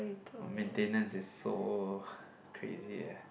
!wah! maintenance is so crazy eh